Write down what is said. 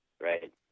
right